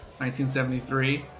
1973